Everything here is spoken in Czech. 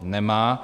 Nemá.